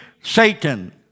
Satan